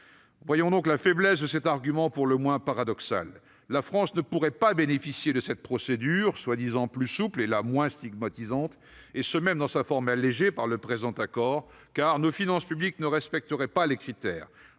Voyez donc la faiblesse de cet argument pour le moins paradoxal. La France ne pourrait pas bénéficier de cette procédure prétendument plus souple et moins stigmatisante, même dans sa forme allégée par le présent accord, car l'état de nos finances publiques ne permet pas de remplir